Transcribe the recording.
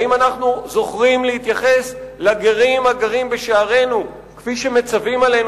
האם אנחנו זוכרים להתייחס לגרים הגרים בשערינו כפי שמצווה התורה?